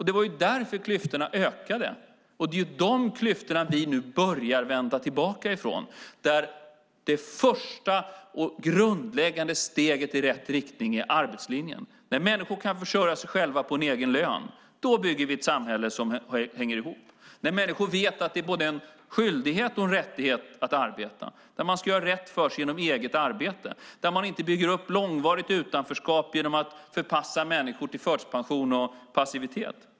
Det var därför klyftorna ökade. Det är de klyftorna vi nu börjar vända tillbaka ifrån. Det första och grundläggande steget i rätt riktning är arbetslinjen. När människor kan försörja sig på egen lön bygger vi ett samhälle som hänger ihop och där människor vet att det är både en skyldighet och en rättighet att arbeta, där man ska göra rätt för sig genom eget arbete, där man inte bygger ett långvarigt utanförskap för att förpassa människor till förtidspension och passivitet.